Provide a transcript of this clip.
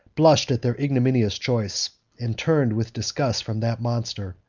blushed at their ignominious choice, and turned with disgust from that monster,